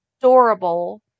adorable